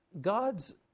God's